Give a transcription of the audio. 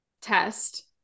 test